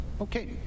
Okay